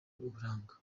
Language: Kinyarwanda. uburanga